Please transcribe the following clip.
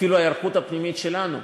אפילו ההיערכות הפנימית שלנו,